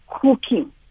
cooking